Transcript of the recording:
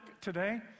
today